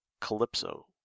Calypso